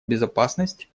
безопасность